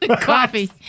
Coffee